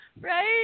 Right